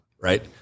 Right